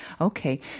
Okay